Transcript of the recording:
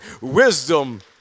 wisdom